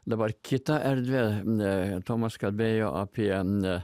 dabar kita erdvė tomas kalbėjo apie